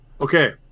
Okay